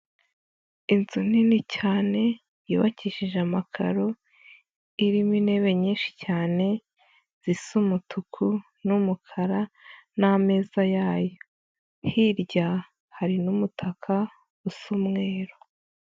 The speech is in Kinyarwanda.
Inzu nini cyane yubakishije amakaro, irimo intebe nyinshi cyane zisa umutuku n'umukara n'ameza yayo, hirya hari n'umutaka usa umweru.